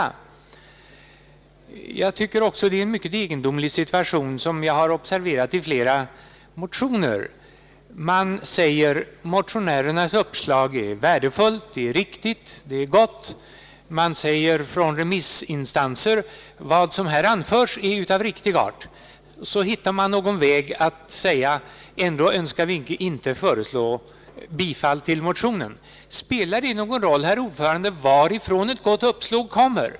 I fråga om flera motioner har jag observerat en mycket egendomlig situation. Utskottet säger att motionärernas uppslag är värdefullt, riktigt och gott. Remissinstanserna säger att vad som här har anförts är av riktig art. Så hittar utskottet ändå någon utväg att förklara varför det inte föreslår bifall till motionen. Spelar det någon roll, herr talman, varifrån ett gott uppslag kommer?